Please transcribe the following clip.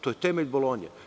To je temelj Bolonje.